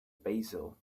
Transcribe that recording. basil